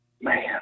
man